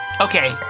Okay